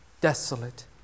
Desolate